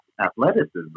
athleticism